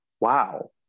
wow